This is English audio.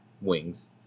wings